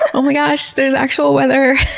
oh my gosh, there's actual weather!